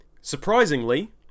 Surprisingly